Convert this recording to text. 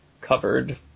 covered